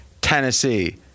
Tennessee